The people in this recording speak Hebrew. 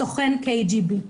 סוכן קג"ב.